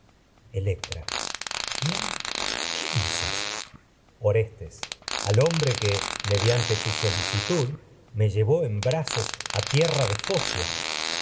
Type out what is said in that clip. electra a quién qué dices orestes al llevó brazos hombre que mediante tu solicitud me en a tierra de focia